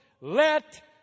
Let